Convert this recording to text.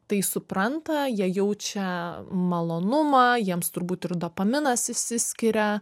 tai supranta jie jaučia malonumą jiems turbūt ir dopaminas išsiskiria